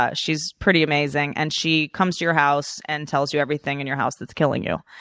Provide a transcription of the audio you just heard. ah she's pretty amazing. and she comes to your house and tells you everything in your house that's killing you.